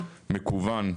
מקוון,